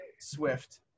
Swift